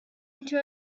into